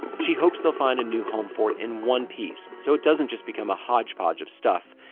she hopes they'll find a new home for it in one piece, so it doesn't just become a hodgepodge of stuff.